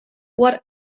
what